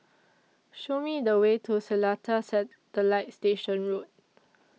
Show Me The Way to Seletar Satellite Station Road